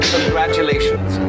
Congratulations